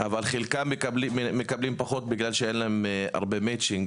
אבל חלקם מקבלים פחות בגלל שאין להם הרבה מצ'ינג.